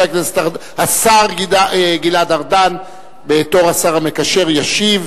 השר גלעד ארדן, בתור השר המקשר, ישיב